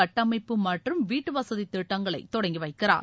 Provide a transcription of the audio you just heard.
கட்டமைப்பு மற்றும் வீட்டு வசதி திட்டங்களை தொடங்கி வைக்கிறார்